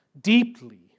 deeply